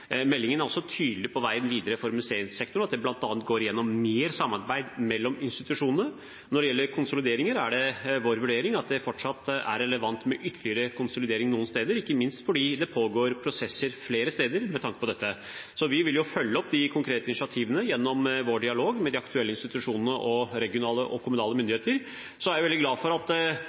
Meldingen er også tydelig på veien videre for museumssektoren, at den bl.a. går gjennom mer samarbeid mellom institusjonene. Når det gjelder konsolideringer, er det vår vurdering at det fortsatt er relevant med ytterligere konsolidering noen steder, ikke minst fordi det pågår prosesser flere steder med tanke på dette. Vi vil følge opp de konkrete initiativene gjennom vår dialog med de aktuelle institusjonene og regionale og kommunale myndigheter. Så er jeg veldig glad for at